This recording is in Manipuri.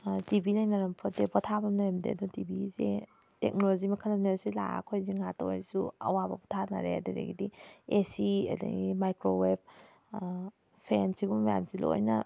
ꯇꯤ ꯕꯤ ꯂꯩꯅꯔꯝꯄꯣꯠꯇꯦ ꯄꯣꯊꯥꯐꯝ ꯂꯩꯔꯝꯗꯦ ꯑꯗꯣ ꯇꯤ ꯕꯤꯁꯦ ꯇꯦꯛꯅꯣꯂꯣꯖꯤ ꯃꯈꯜ ꯑꯃꯅꯤ ꯑꯁꯤ ꯂꯥꯛꯑꯒ ꯑꯩꯈꯣꯏꯁꯦ ꯉꯩꯍꯥꯛꯇ ꯑꯣꯏꯔꯁꯨ ꯑꯋꯥꯕ ꯄꯣꯊꯥꯅꯔꯦ ꯑꯗꯨꯗꯒꯤꯗꯤ ꯑꯦ ꯁꯤ ꯑꯗꯨꯗꯒꯤ ꯃꯥꯏꯀ꯭ꯔꯣ ꯋꯦꯞ ꯐꯦꯟ ꯑꯁꯤꯒꯨꯝꯕ ꯃꯌꯥꯝꯁꯤ ꯂꯣꯏꯅ